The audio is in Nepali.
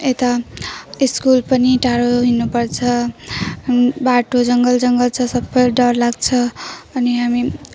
यता स्कुल पनि टाढो हिँड्नपर्छ बाटो जङ्गल जङ्गल छ सब डर लाग्छ अनि हामी